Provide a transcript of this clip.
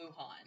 Wuhan